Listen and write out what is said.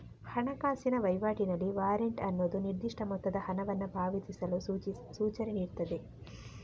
ಹಣಕಾಸಿನ ವೈವಾಟಿನಲ್ಲಿ ವಾರೆಂಟ್ ಅನ್ನುದು ನಿರ್ದಿಷ್ಟ ಮೊತ್ತದ ಹಣವನ್ನ ಪಾವತಿಸಲು ಸೂಚನೆ ನೀಡ್ತದೆ